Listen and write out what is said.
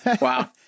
Wow